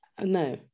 no